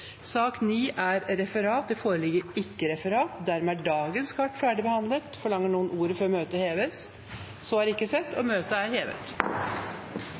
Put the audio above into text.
Det foreligger ikke noe referat. Dermed er dagens kart ferdigbehandlet. Forlanger noen ordet før møtet heves? – Møtet er hevet.